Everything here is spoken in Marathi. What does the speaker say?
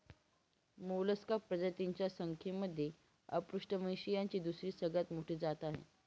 मोलस्का प्रजातींच्या संख्येमध्ये अपृष्ठवंशीयांची दुसरी सगळ्यात मोठी जात आहे